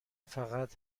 فقط